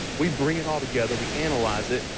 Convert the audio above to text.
we bring it all together, we analyze it,